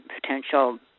potential